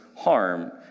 harm